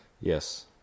yes